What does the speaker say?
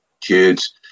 kids